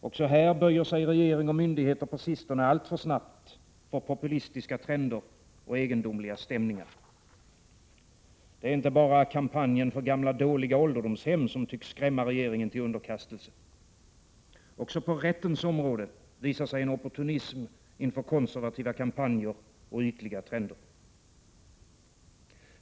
Också här böjer sig regering och myndigheter, på sistone alltför snabbt, för populistiska trender och egendomliga stämningar. Det är inte bara kampanjen för gamla dåliga ålderdomshem som tycks skrämma regeringen till underkastelse. Också på rättens område visar sig en opportunism inför konservativa kampanjer och ytliga trender.